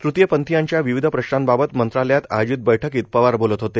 तृतीय पंथीयांच्या विविध प्रश्नांबाबत मंत्रालयात आयोजित बळकीत पवार बोलत होते